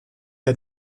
der